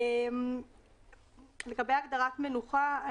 לגבי הגדרת "מנוחה",